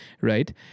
right